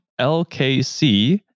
LKC